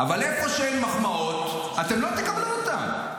אבל איפה שאין מחמאות, אתם לא תקבלו אותן.